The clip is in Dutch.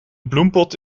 bloempot